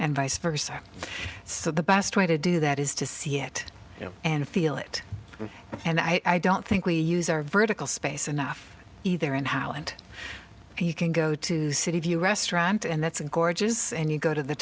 and vice versa so the best way to do that is to see it and feel it and i don't think we use our vertical space enough either in how and you can go to city view restaurant and that's gorgeous and you go t